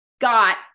got